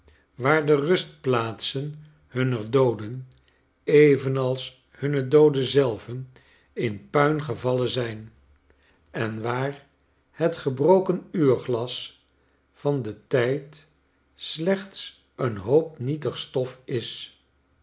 waar de rustplaatsen hunner dooden evenals hunne dooden zelven in puin gevallen zijn en waar het gebroken uurglas van den tijd slechts een hoop nietig stof is